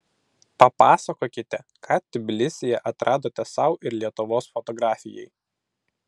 papasakokite ką tbilisyje atradote sau ir lietuvos fotografijai